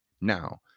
Now